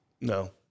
No